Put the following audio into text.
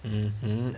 hmm